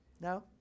no